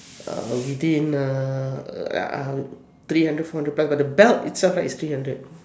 uh between uh three hundred four hundred belt itself right is three hundred